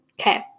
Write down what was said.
Okay